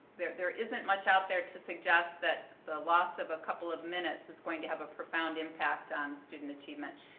there there isn't much out there to suggest that the lost of a couple of minutes is going to have a profound impact on student achievement.